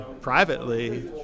privately